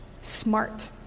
Smart